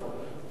השאלה